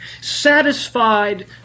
satisfied